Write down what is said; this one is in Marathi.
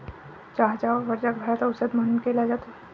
चहाचा वापर जगभरात औषध म्हणून केला जातो